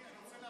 אני רוצה לענות.